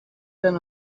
been